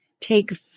take